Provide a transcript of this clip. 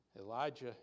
Elijah